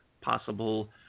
possible